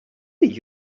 did